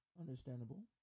understandable